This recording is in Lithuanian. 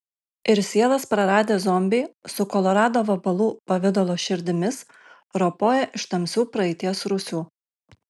ir sielas praradę zombiai su kolorado vabalų pavidalo širdimis ropoja iš tamsių praeities rūsių